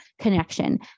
connection